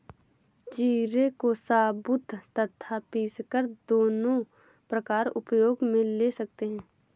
जीरे को साबुत तथा पीसकर दोनों प्रकार उपयोग मे ले सकते हैं